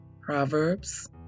Proverbs